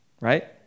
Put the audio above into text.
right